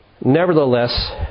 Nevertheless